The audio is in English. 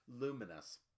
luminous